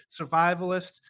survivalist